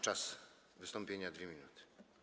Czas wystąpienia - 2 minuty.